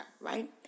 right